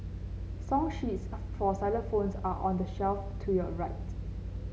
song sheets for xylophones are on the shelf to your right